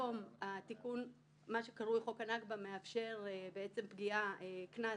כך פועל האפקט המצנן בגשר ואילו הבמאי והמחזאי מאור זגורי כותב במוסף